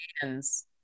hands